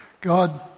God